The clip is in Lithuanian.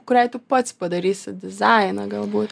kuriai tu pats padarysi dizainą galbūt